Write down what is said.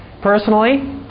Personally